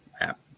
app